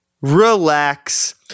relax